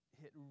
hit